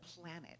planet